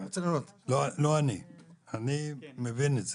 אני מבין את זה.